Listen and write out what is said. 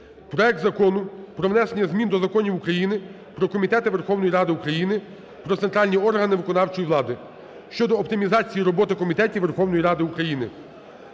проект Закону про внесення змін до законів України "Про комітети Верховної Ради України" та "Про центральні органи виконавчої влади" щодо оптимізації роботи комітетів Верховної Ради України